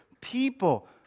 people